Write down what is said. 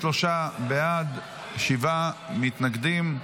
23 בעד, שבעה מתנגדים.